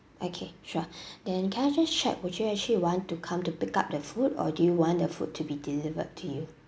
okay sure then can I just check would you actually want to come to pick up the food or do you want the food to be delivered to you